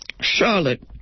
Charlotte